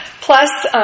Plus